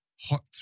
hot